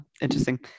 Interesting